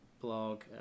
blog